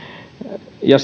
ja